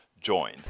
join